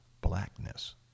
blackness